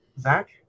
Zach